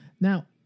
Now